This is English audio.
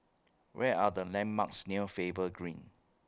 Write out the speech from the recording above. Where Are The landmarks near Faber Green